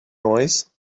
noise